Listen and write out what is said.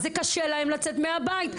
אז זה קשה להם לצאת מהבית,